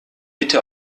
bitte